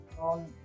on